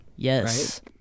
yes